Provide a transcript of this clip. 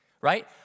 right